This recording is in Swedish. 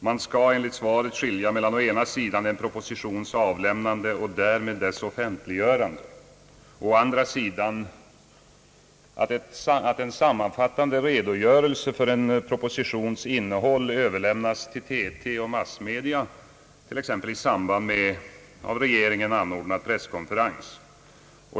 Man skall enligt svaret skilja mellan å ena sidan en propositions avlämnande och därmed dess offentliggörande och å andra sidan att en sammanfattande redogörelse för en propositions innehåll överlämnas till TT och massmedia, t.ex. i samband med en av regeringen anordnad = presskonferens.